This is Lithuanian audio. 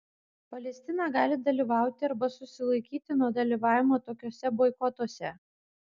palestina gali dalyvauti arba susilaikyti nuo dalyvavimo tokiuose boikotuose